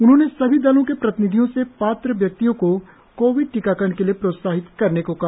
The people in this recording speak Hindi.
उन्होंने सभी दलों के प्रतिनिधियों से पात्र व्यक्तियों को कोविड टीकाकरण के लिए प्रोत्साहित करने को कहा